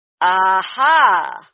Aha